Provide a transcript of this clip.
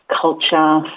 culture